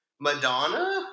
Madonna